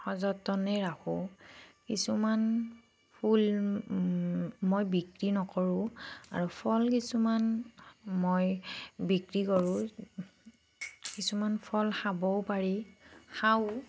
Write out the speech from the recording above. সযতনে ৰাখোঁ কিছুমান ফুল মই বিক্ৰী নকৰোঁ আৰু ফল কিছুমান মই বিক্ৰী কৰোঁ কিছুমান ফল খাবও পাৰি খাওঁও